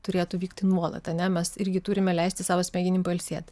turėtų vykti nuolat ar ne mes irgi turime leisti savo smegenim pailsėt